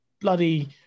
bloody